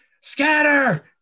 scatter